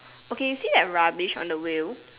okay you see that rubbish on the wheel